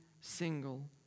single